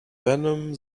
venom